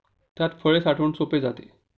त्यात फळे साठवणे सोपे जाते